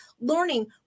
learning